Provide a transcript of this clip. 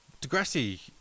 Degrassi